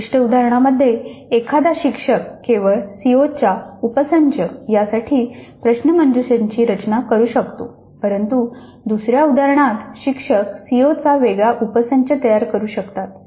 विशिष्ट उदाहरणामध्ये एखादा शिक्षक केवळ सीओच्या उपसंच यासाठी प्रश्नमंजुषाची रचना करू शकतो परंतु दुसऱ्या उदाहरणात शिक्षक सीओचा वेगळा उपसंच तयार करू शकतात